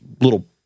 little